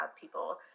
people